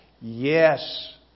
Yes